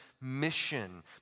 mission